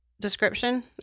description